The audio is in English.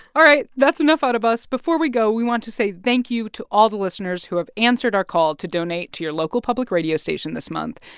all right. that's enough out of us. before we go, we want to say thank you to all the listeners who have answered our call to donate to your local public radio station this month.